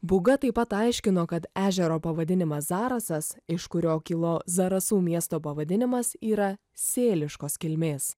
būga taip pat aiškino kad ežero pavadinimas zarasas iš kurio kilo zarasų miesto pavadinimas yra sėliškos kilmės